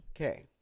Okay